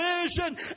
vision